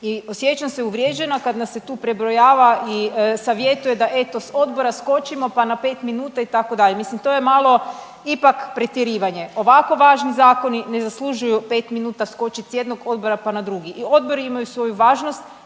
i osjećam se uvrijeđena kad nas se tu prebrojava i savjetuje da eto s odbora skočimo pa na pet minuta itd. Mislim to je malo ipak pretjerivanje. Ovako važni zakoni ne zaslužuju pet minuta skočiti sa jednog odbora pa na drugi. I odbori imaju svoju važnost,